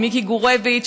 מיקי גורביץ,